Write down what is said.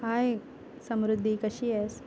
हाय समृद्दी कशी आहेस